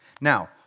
Now